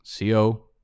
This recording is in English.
Co